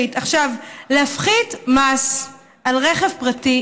להפחית מס על רכב פרטי,